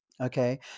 okay